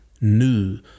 new